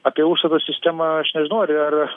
apie užstato sistemą aš nežinau ar ar